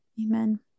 Amen